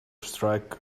strike